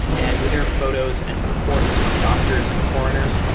and with their photos and reports from doctors and coroners,